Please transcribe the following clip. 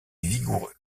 vigoureux